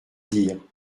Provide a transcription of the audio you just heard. dire